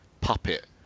puppet